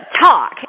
talk